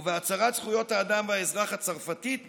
ובהצהרת זכויות האדם והאזרח הצרפתית נכתב: